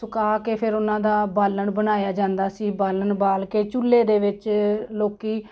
ਸੁਕਾ ਕੇ ਫਿਰ ਉਹਨਾਂ ਦਾ ਬਾਲਣ ਬਣਾਇਆ ਜਾਂਦਾ ਸੀ ਬਾਲਣ ਬਾਲ ਕੇ ਚੁੱਲ੍ਹੇ ਦੇ ਵਿੱਚ ਲੋਕ